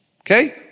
okay